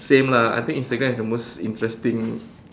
same lah I think Instagram is the most interesting